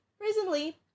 Recently